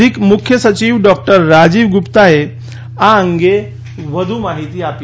અધિક મુખ્ય સચિવ ડોકટર રાજીવ ગુપ્તાએ આ અંગે વધુ માહિતી આપી